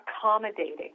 accommodating